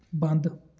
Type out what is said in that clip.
ਬੰਦ